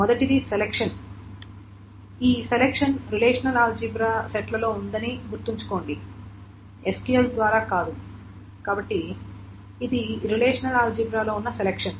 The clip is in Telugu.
మొదటిది సెలక్షన్ ఈ సెలక్షన్ రిలేషనల్ ఆల్జీబ్రా సెట్లలో ఉందని గుర్తుంచుకోండి SQL ద్వారా కాదు కాబట్టి ఇది రిలేషనల్ ఆల్జీబ్రాలో ఉన్న సెలక్షన్